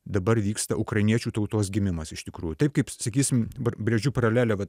dabar vyksta ukrainiečių tautos gimimas iš tikrųjų taip kaip sakysim dabar brėžiu paralelę vat